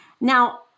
Now